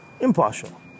Impartial